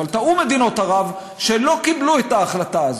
טעו מדינות ערב שלא קיבלו את ההחלטה הזאת,